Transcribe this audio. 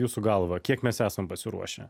jūsų galva kiek mes esam pasiruošę